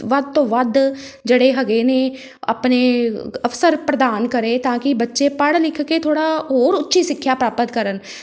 ਵੱਧ ਤੋਂ ਵੱਧ ਜਿਹੜੇ ਹੈਗੇ ਨੇ ਆਪਣੇ ਅਵਸਰ ਪ੍ਰਦਾਨ ਕਰੇ ਤਾਂ ਕਿ ਬੱਚੇ ਪੜ੍ਹ ਲਿਖ ਕੇ ਥੋੜ੍ਹਾ ਹੋਰ ਉੱਚੀ ਸਿੱਖਿਆ ਪ੍ਰਾਪਤ ਕਰਨ